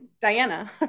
Diana